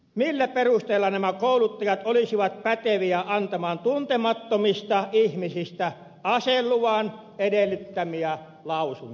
millä perusteella nämä kouluttajat olisivat päteviä antamaan tuntemattomista ihmisistä aseluvan edellyttämiä lausuntoja